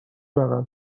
بغل